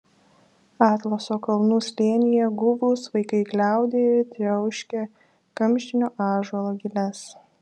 atlaso kalnų slėnyje guvūs vaikai gliaudė ir triauškė kamštinio ąžuolo giles